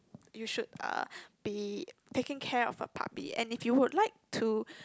you should uh be taking care of a puppy and if you would like to